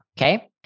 okay